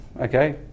Okay